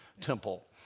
temple